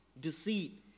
deceit